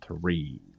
three